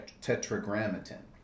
tetragrammaton